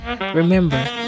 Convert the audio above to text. Remember